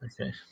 Okay